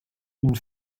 une